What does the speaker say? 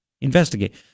Investigate